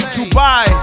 Dubai